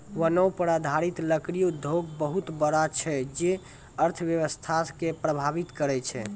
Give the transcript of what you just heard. वनो पर आधारित लकड़ी उद्योग बहुत बड़ा छै जे अर्थव्यवस्था के प्रभावित करै छै